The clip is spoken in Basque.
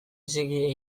txiki